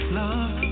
love